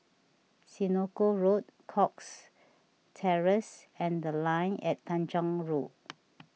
Senoko Road Cox Terrace and the Line At Tanjong Rhu